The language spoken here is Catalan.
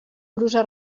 brusa